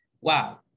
wow